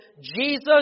Jesus